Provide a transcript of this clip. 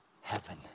heaven